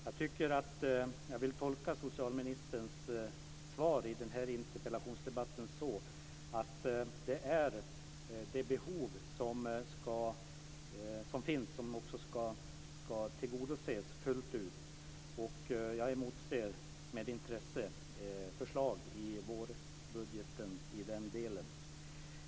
Jag vill tolka socialministerns svar i den här interpellationsdebatten som att det är det behov som finns som också ska tillgodoses fullt ut. Jag emotser med intresse förslag i vårbudgeten i den delen.